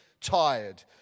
tired